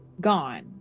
Gone